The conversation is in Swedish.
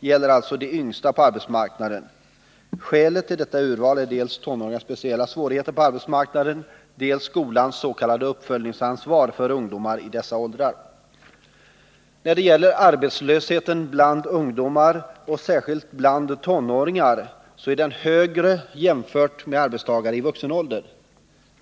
gäller alltså de yngsta på arbetsmarknaden. Skälet till detta urval är dels tonåringarnas speciella svårigheter på arbetsmarknaden, dels skolans s.k. uppföljningsansvar för ungdomar i dessa åldrar. Arbetslösheten bland ungdomar, särskilt tonåringar, är högre än bland arbetstagare i vuxen ålder.